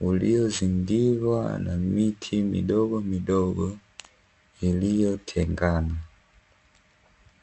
uliozingirwa na miti midogomidogo iliyotengana.